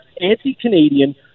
anti-Canadian